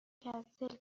کنسل